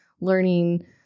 learning